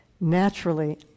Naturally